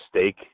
steak